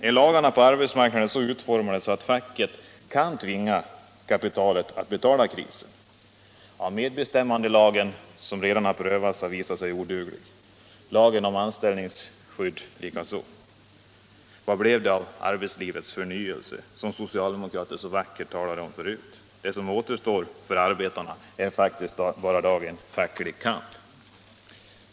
Är lagarna på arbetsmarknaden så utformade att facket kan tvinga kapitalet att betala krisen? Medbestämmandelagen, som redan har prövats, har visat sig oduglig. Lagen om anställningsskydd likaså. Vad blev det av arbetslivets förnyelse, som socialdemokrater så vackert talade om förut? Det som återstår för arbetarna är bara facklig kamp.